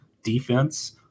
Defense